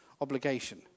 obligation